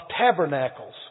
Tabernacles